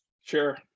Sure